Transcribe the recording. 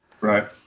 Right